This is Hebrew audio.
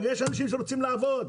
יש אנשים שרוצים לעבוד.